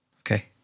Okay